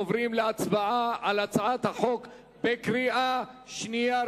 עוברים להצבעה על הצעת החוק בקריאה שנייה,